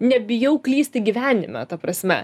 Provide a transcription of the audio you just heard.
nebijau klysti gyvenime ta prasme